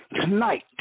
tonight